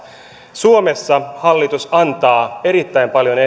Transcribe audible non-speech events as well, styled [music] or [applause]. suomessa hallitus antaa edelleen erittäin paljon [unintelligible]